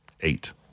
Eight